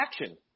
action